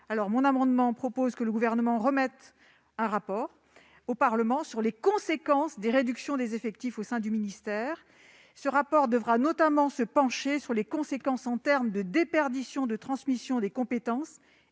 Mon amendement a pour objet que le Gouvernement remette un rapport au Parlement sur les conséquences des réductions des effectifs au sein du ministère. Ce document devra notamment étudier les conséquences de la déperdition de transmission des compétences